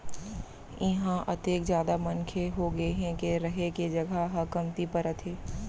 इहां अतेक जादा मनखे होगे हे के रहें के जघा ह कमती परत हे